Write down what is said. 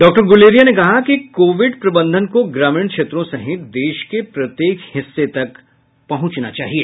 डा गुलेरिया ने कहा कोविड प्रबंधन को ग्रामीण क्षेत्रों सहित देश के प्रत्येक हिस्से तक पहुंचना चाहिए